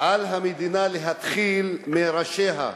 על המדינה להתחיל מראשיה,